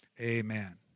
Amen